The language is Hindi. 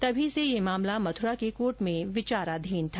तभी से ये मामला मथुरा की कोर्ट में विचाराधीन था